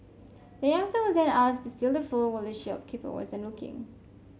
the youngster was then asked to steal the phone while the shopkeeper wasn't looking